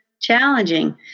challenging